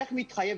איך מתחייב,